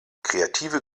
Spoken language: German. kreative